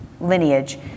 lineage